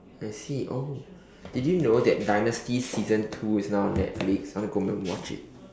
I see oh did you know that dynasty season two is now on Netflix I want to go home and watch it